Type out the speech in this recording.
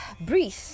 Breathe